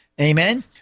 Amen